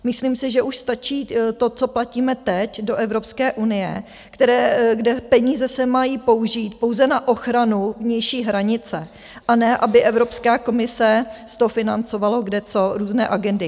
Myslím si, že už stačí to, co platíme teď do Evropské unie, kde peníze se mají použít pouze na ochranu vnější hranice, a ne, aby Evropská komise z toho financovala kde co, různé agendy.